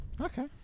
Okay